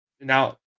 now